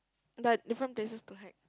but different places to hide